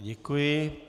Děkuji.